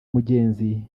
umugenzi